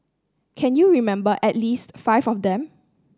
can you remember at least five of them